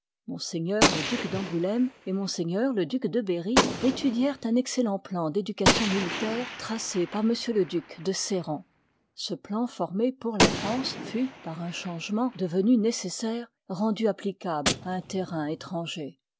ms le duc d'angouléme et w le duc de berry étudièrent un excellent plan d'éducation militaire tracé par m le duc de sérent ce plan formé pour la france fut a ao f part par un changement devenu nécessaire lit i rendu applicable à un terrain étranger